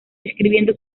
escribiendo